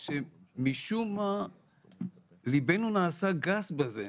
שמשום מה ליבנו נעשה גס בזה.